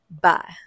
Bye